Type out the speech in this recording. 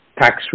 tax